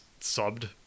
subbed